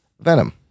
Venom